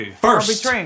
first